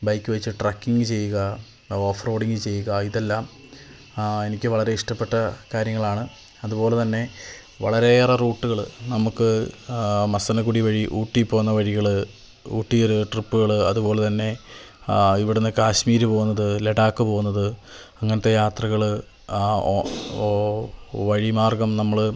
bike വെച്ച് trekking ചെയ്യുക offroading ചെയ്യുക ഇതെല്ലാം എനിക്ക് വളരെ ഇഷ്ടപ്പെട്ട കാര്യങ്ങളാണ് അതുപോലെ തന്നെ വളരെയേറെ റൂട്ടുകള് നമുക്ക് മസനഗുഡി വഴി ഊട്ടി പോകുന്ന വഴികള് ഊട്ടിയില് ട്രിപ്പുകള് അതുപോലെ തന്നെ ഇവിടുന്ന് കാശ്മീര് പോവുന്നത് ലഡാക്ക് പോവുന്നത് അങ്ങനത്ത യാത്രകള് ഓഫ് ഓ വഴി മാർഗം നമ്മള്